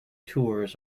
tours